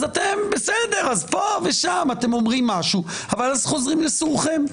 אז פה ושם אתם אומרים משהו אבל אז חוזרים לסורכם.